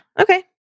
Okay